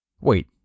Wait